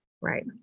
Right